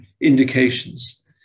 indications